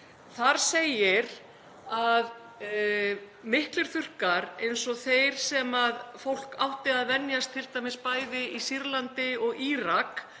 Þar segir að miklir þurrkar eins og þeir sem fólk átti að venjast t.d. bæði í Sýrlandi og Írak